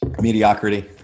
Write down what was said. mediocrity